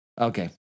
Okay